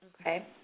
Okay